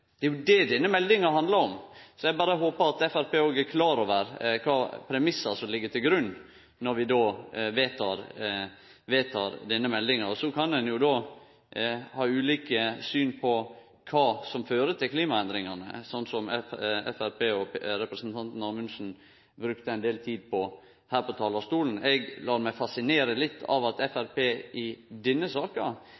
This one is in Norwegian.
Det er jo det denne meldinga handlar om. Så eg håpar Framstegspartiet er klar over kva premissar som ligg til grunn når vi vedtek denne meldinga. Så kan ein ha ulike syn på kva som fører til klimaendringane, slik Framstegspartiet og representanten Amundsen brukte ein del tid på her frå talarstolen. Eg let meg fascinere litt av at